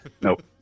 nope